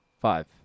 five